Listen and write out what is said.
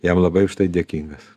jam labai už tai dėkingas